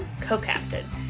co-captain